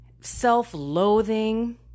self-loathing